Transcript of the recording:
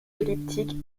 elliptiques